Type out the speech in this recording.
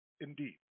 indeed